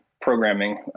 programming